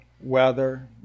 weather